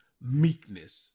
meekness